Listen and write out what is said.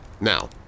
Now